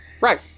Right